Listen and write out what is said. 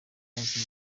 zizwi